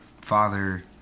father